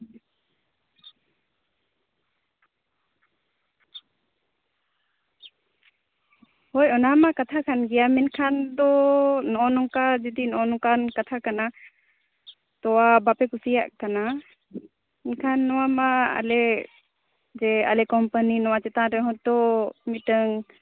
ᱦᱳᱭ ᱚᱱᱟᱢᱟ ᱠᱟᱛᱷᱟ ᱠᱟᱱ ᱜᱮᱭᱟ ᱢᱮᱱᱠᱷᱟᱱ ᱫᱚ ᱱᱚᱜᱼᱚ ᱱᱚᱝᱠᱟ ᱡᱩᱫᱤ ᱱᱚᱜᱼᱚ ᱱᱚᱝᱠᱟᱱ ᱠᱟᱛᱷᱟ ᱠᱟᱱᱟ ᱛᱚᱣᱟ ᱵᱟᱯᱮ ᱠᱩᱥᱤᱭᱟᱜ ᱠᱟᱱᱟ ᱮᱱᱠᱷᱟᱱ ᱱᱚᱣᱟ ᱢᱟ ᱟᱞᱮ ᱡᱮ ᱟᱞᱮ ᱠᱚᱢᱯᱟᱱᱤ ᱱᱚᱣᱟ ᱪᱮᱛᱟᱱ ᱨᱮᱦᱚᱸᱛᱚ ᱢᱤᱫᱴᱟᱝ